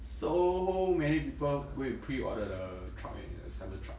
so many people go and pre-order the truck eh the cyber truck